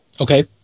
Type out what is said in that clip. Okay